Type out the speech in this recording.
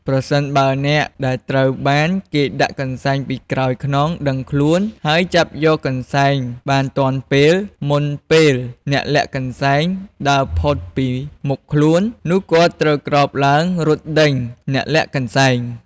ប្រសិនបើអ្នកដែលត្រូវបានគេដាក់កន្សែងពីក្រោយខ្នង ដឹងខ្លួន ហើយចាប់យកកន្សែងបានទាន់ពេល មុនពេលអ្នកលាក់កន្សែងដើរផុតពីមុខខ្លួន នោះគាត់ត្រូវក្រោកឡើងរត់ដេញអ្នកលាក់កន្សែង។